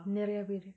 நெரயபேரு:nerayaperu